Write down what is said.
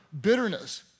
bitterness